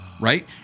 Right